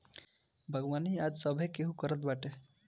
बागवानी आज सभे केहू करत बाटे